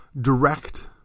direct